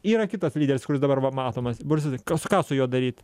yra kitas lyderis kuris dabar va matomas borisas je ką ką su juo daryt